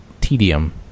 tedium